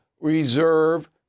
reserve